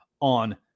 on